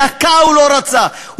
דקה הוא לא רצה.